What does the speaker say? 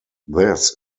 this